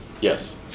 Yes